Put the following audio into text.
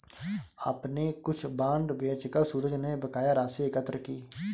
अपने कुछ बांड बेचकर सूरज ने बकाया राशि एकत्र की